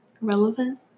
Relevant